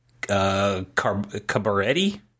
Cabaretti